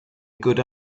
good